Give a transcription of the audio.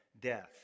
death